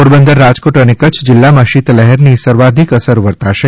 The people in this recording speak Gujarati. પોરબંદર રાજકોટ અને કચ્છ જિલ્લા માં શીત લહેર ની સર્વાધિક અસર વરતાશે